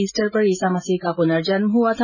Easter पर ईसा मसीह का पुर्नजन्म हुआ था